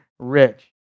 rich